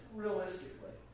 realistically